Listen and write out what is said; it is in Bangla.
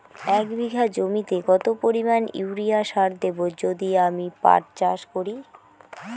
এক বিঘা জমিতে কত পরিমান ইউরিয়া সার দেব যদি আমি পাট চাষ করি?